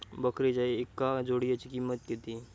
बकरीच्या एका जोडयेची किंमत किती?